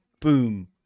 boom